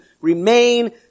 remain